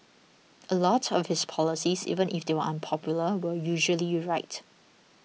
a lot of his policies even if they were unpopular were usually right